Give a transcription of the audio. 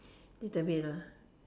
little bit